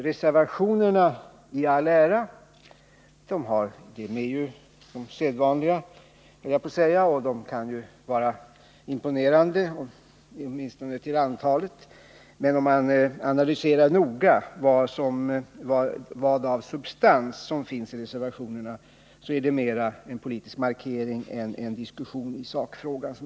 Reservationerna i all ära — de är de sedvanliga, höll jag på att säga, och de kan vara imponerande, åtminstone till antalet. Men om man noga analyserar vad det finns av substans i reservationerna så finner man, som jag ser det, att det mera är fråga om en politisk markering än en diskussion i sakfrågan.